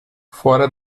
fora